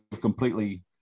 completely